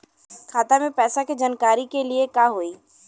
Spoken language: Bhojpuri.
खाता मे पैसा के जानकारी के लिए का होई?